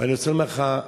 אני רוצה לומר לך,